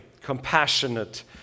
compassionate